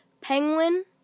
penguin